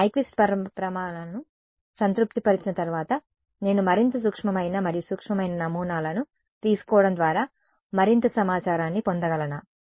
నేను నైక్విస్ట్ ప్రమాణాలను సంతృప్తి పరచిన తర్వాత నేను మరింత సూక్ష్మమైన మరియు సూక్ష్మమైన నమూనాలను తీసుకోవడం ద్వారా మరింత సమాచారాన్ని పొందగలనా